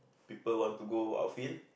people want to go outfield